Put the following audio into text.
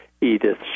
Edith